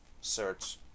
search